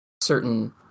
certain